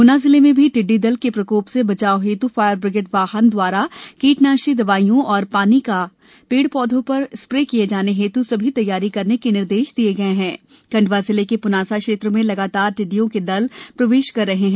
ग्ना जिले में भी टिड्डी दल के प्रकोप से बचाव हेत् फायर ब्रिगेड वाहन द्वारा कीटनाशी दवाईयों एवं पानी का पेड़ पौधों पर स्प्रे किये जाने हेत् सभी तैयारी करने के निर्देश दिए गए हैं खण्डवा जिले के प्नासा क्षेत्र में लगातार टिड्डियों के दल प्रवेश कर रहे हैं